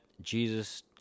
Jesus